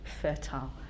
fertile